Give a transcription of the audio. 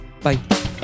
Bye